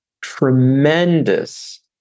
tremendous